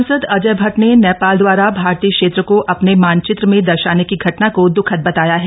सांसद अजय भट्ट ने नेपाल दवारा भारतीय क्षेत्र को अपने मानचित्र में दर्शाने की घटना को द्खद बताया है